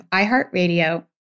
iHeartRadio